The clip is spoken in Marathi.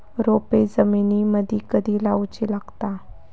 रोपे जमिनीमदि कधी लाऊची लागता?